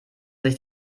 sich